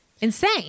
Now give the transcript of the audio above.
insane